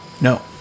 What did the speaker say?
No